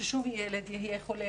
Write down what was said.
ששום ילד יהיה חולה,